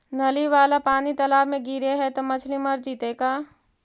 नली वाला पानी तालाव मे गिरे है त मछली मर जितै का?